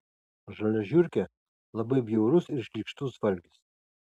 žalia žiurkė labai bjaurus ir šlykštus valgis